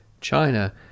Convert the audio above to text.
China